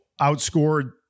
outscored